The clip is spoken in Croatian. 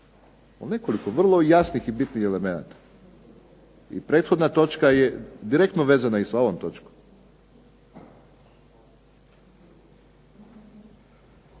o nekoliko vrlo jasnih i bitnih elemenata. I prethodna točka je direktno vezana i sa ovom točkom.